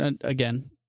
again